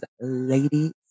Lady